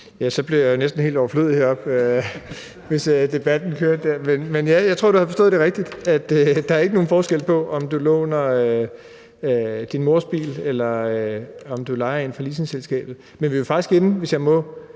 Så bliver jeg jo næsten helt overflødig heroppe, hvis debatten kører dernede. Men ja, jeg tror, du har forstået det rigtigt. Der er ikke nogen forskel på, om du låner din mors bil eller du lejer en fra leasingselskabet, men vi er jo faktisk inde at røre ved